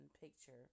picture